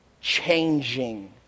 changing